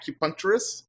acupuncturist